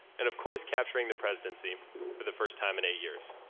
and of course capturing the presidency for the first time in eight years.